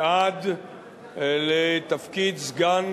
ועד לתפקיד סגן